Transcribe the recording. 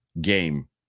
game